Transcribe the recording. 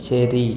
ശരി